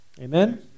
Amen